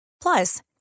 Plus